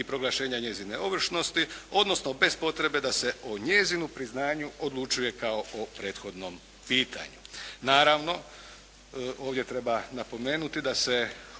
i proglašenja njezine ovršnosti odnosno bez potrebe da se o njezinu priznanju odlučuje kao o prethodnom pitanju.